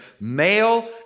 Male